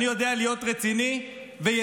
אני יודע להיות רציני ויסודי,